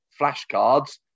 flashcards